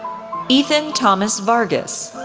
ethan thomas vargas,